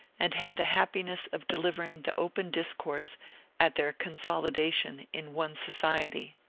and had the happiness of delivering the opening discourse at their consolidation in one society.